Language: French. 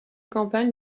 campagnes